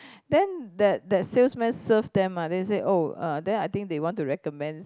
then that that salesman serve them ah then say oh uh then I think they want to recommend